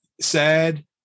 sad